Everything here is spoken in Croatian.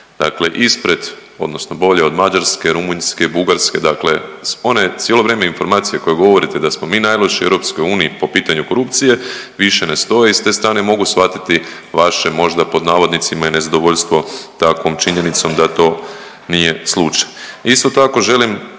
Dakle, ispred odnosno bolje od Mađarske, Rumunjske, Bugarske dakle one cijelo vrijeme informacije koje govorite da smo mi najlošiji u EU po pitanju korupcije više ne stoje i s te strane mogu svatiti vaše možda „i nezadovoljstvo“ takvom činjenicom da to nije slučaj.